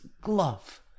glove